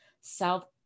south